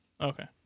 Okay